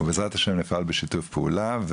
בעזרת השם נפעל בשיתוף פעולה.